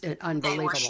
unbelievable